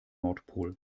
nordpol